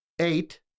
eight